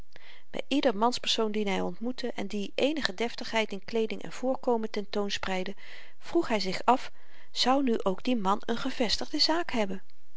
by ieder manspersoon dien hy ontmoette en die eenige deftigheid in kleeding en voorkomen ten toon spreidde vroeg hy zich af zou nu ook die man n gevestigde zaak hebben